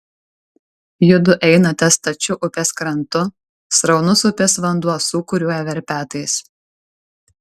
judu einate stačiu upės krantu sraunus upės vanduo sūkuriuoja verpetais